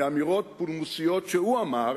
מאמירות פולמוסיות שהוא אמר